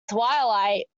twilight